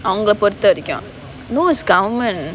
அவங்க பொறுத்தவரைக்கும்:avanga poruthavaraikkum no it's government